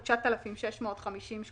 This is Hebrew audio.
אין כסף יש מאין,